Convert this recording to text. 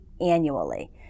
annually